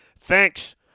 Thanks